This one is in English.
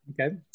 Okay